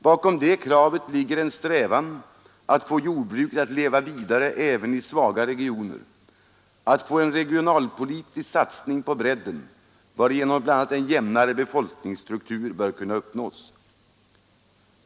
Bakom det kravet ligger en strävan att få jordbruket att leva vidare även i svaga regioner och att få en regionalpolitisk satsning på bredden, varigenom bl.a. en jämnare befolkningsstruktur bör kunna uppnås.